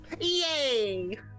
Yay